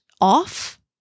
off